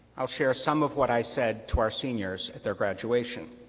i'll share some of what i said to our seniors at their graduation.